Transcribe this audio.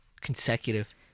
Consecutive